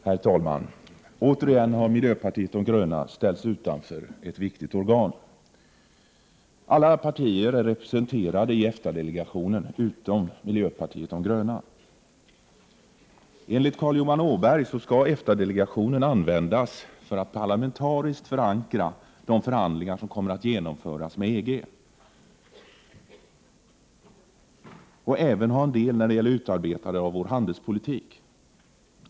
Herr talman! Återigen har miljöpartiet de gröna ställts utanför ett viktigt organ. Alla partier utom miljöpartiet de gröna är representerade i EFTA delegationen. Enligt Carl Johan Åberg skall EFTA-delegationen användas för att parlamentariskt förankra de förhandlingar som kommer att föras med EG och även ta del i utarbetandet av vår handelspolitik.